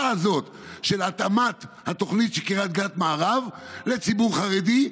הזאת של התאמת התוכנית של קריית גת מערב לציבור חרדי,